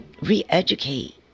re-educate